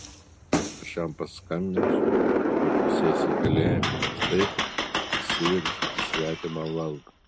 aš jam paskambinsiu ir tu sėsi į kalėjimą už tai kad įsiveržei į svetimą valdą